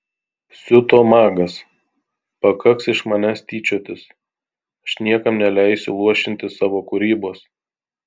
siuto magas pakaks iš manęs tyčiotis aš niekam neleisiu luošinti savo kūrybos